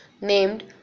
named